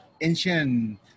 ancient